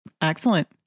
Excellent